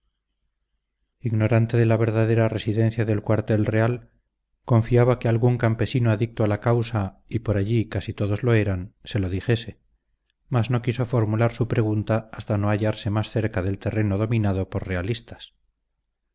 ignorante de la verdadera residencia del cuartel real confiaba que algún campesino adicto a la causa y por allí casi todos lo eran se lo dijese mas no quiso formular su pregunta hasta no hallarse más cerca del terreno dominado por realistas